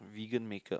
vegan makeup